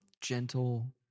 gentle